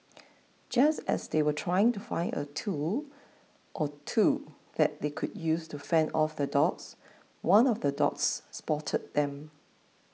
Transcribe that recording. just as they were trying to find a tool or two that they could use to fend off the dogs one of the dogs spotted them